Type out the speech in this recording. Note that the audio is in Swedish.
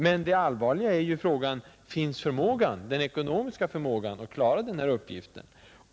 Men det allvarliga är att man måste fråga sig: Finns den ekonomiska förmågan att klara denna uppgift?